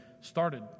started